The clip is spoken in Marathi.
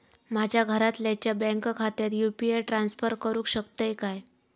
माझ्या घरातल्याच्या बँक खात्यात यू.पी.आय ट्रान्स्फर करुक शकतय काय?